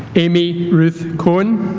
aimee ruth cohen